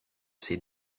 ces